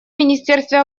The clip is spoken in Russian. министерство